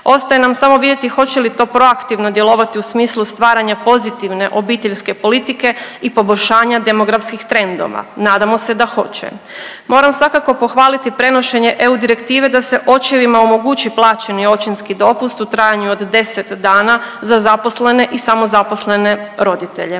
Ostaje nam samo vidjeti hoće li to proaktivno djelovati u smislu stvaranje pozitivne obiteljske politike i poboljšanja demografskih trendova. Nadamo se da hoće. Moram svakako pohvaliti prenošenje EU direktive da se očevima omogući plaćeni očinski dopust u trajanju od 10 dana za zaposlene i samozaposlene roditelja.